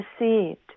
received